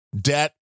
debt